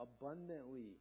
abundantly